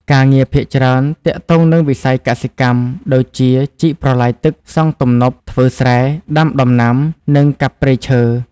ការងារភាគច្រើនទាក់ទងនឹងវិស័យកសិកម្ម ដូចជា ជីកប្រឡាយទឹក សង់ទំនប់ ធ្វើស្រែ ដាំដំណាំ និង កាប់ព្រៃឈើ។